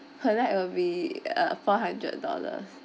per night will be uh four hundred dollars